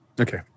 Okay